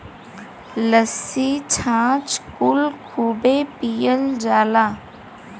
लस्सी छाछ कुल खूबे पियल जाला